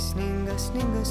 sninga sninga